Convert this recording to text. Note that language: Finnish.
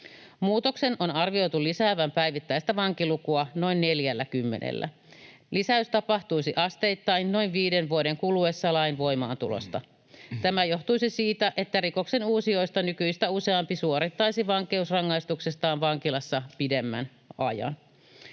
Muutoksen on arvioitu lisäävän päivittäistä vankilukua noin 40:llä. Lisäys tapahtuisi asteittain noin viiden vuoden kuluessa lain voimaantulosta. Tämä johtuisi siitä, että rikoksenuusijoista nykyistä useampi suorittaisi vankeusrangaistuksestaan vankilassa pidemmän ajan.